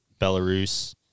Belarus